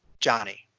Johnny